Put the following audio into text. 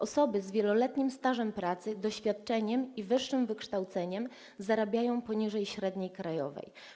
Osoby z wieloletnim stażem pracy, doświadczeniem i wyższym wykształceniem zarabiają poniżej średniej krajowej.